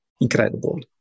incredible